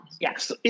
Yes